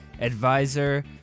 advisor